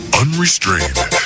unrestrained